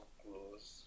close